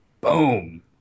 Boom